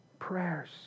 prayers